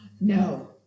No